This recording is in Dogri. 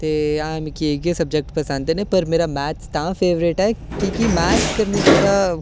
पर ऐ मिगी इ'यै सब्जैक्ट पसंद ऐ पर मेरा मैथ तां फेवरेट ऐ की के मैथ करने कशा